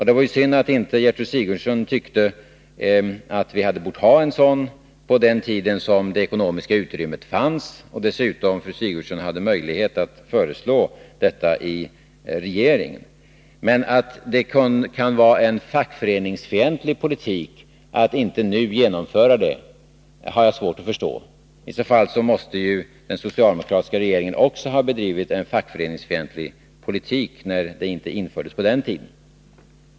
Det var ju synd att Gertrud Sigurdsen inte tyckte att vi skulle införa en sådan reform på den tiden då det fanns ett ekonomiskt utrymme och då Gertrud Sigurdsen dessutom hade möjlighet att föreslå detta i regeringen. Men att det skulle vara en fackföreningsfientlig politik att inte nu genomföra reformen har jag svårt att förstå. I så fall måste ju också den socialdemokratiska regeringen ha bedrivit en fackföreningsfientlig politik — arbetslöshetsförsäkringen infördes ju inte på den tiden.